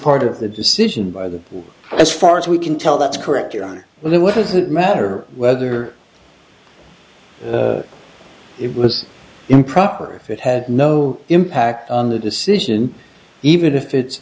part of the decision by the as far as we can tell that's correct you're on what does it matter whether it was improper or if it had no impact on the decision even if it's